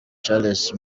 charles